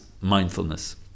mindfulness